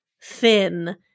thin